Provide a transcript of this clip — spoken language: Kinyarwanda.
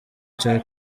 cya